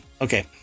Okay